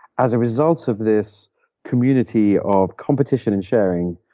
as a result of this community of competition and sharing,